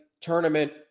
tournament